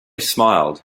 smiled